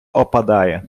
опадає